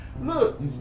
Look